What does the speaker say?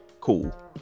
Cool